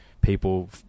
people